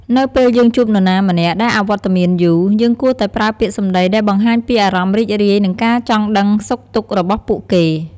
នៅពេលយើងជួបនរណាម្នាក់ដែលអវត្តមានយូរ យើងគួរតែប្រើពាក្យសម្ដីដែលបង្ហាញពីអារម្មណ៍រីករាយ និងការចង់ដឹងសុខទុក្ខរបស់ពួកគេ។